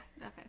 Okay